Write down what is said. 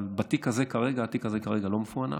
אבל התיק הזה כרגע לא מפוענח,